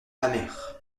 amère